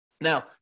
Now